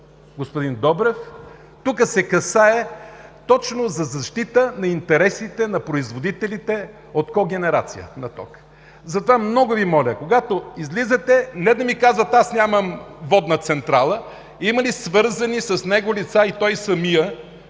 господин Добрев, тук се касае точно за защита на интересите на производителите от когенерация на ток. Затова много Ви моля, когато излизате, не да ми казвате „аз нямам водна централа“, а има ли свързани с него лица и той самия,